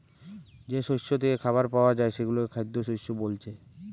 যেই শস্য থিকে খাবার পায়া যায় সেগুলো খাদ্যশস্য বোলছে